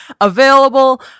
available